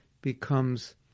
becomes